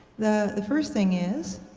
the the first thing is